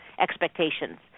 expectations